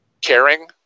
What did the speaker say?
caring